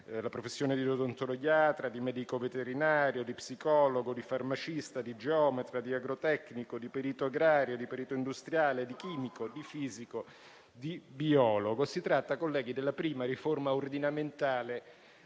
la professione di odontoiatra, di medico veterinario, di psicologo, di farmacista, di geometra, di agrotecnico, di perito agrario, di perito industriale, di chimico, di fisico e di biologo. Si tratta, colleghi, della prima riforma ordinamentale